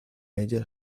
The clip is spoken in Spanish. ella